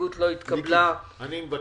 הצבעה נגד